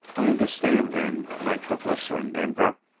i understand, then. nitroglycerin? denver,